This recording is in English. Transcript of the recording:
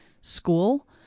school